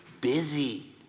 busy